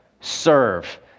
serve